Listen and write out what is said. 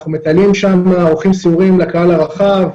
אנחנו מטיילים שם, עורכים סיורים לקהל הרחב.